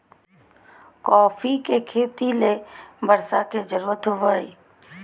coffee के खेती ले बर्षा के जरुरत होबो हइ